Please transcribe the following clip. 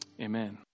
Amen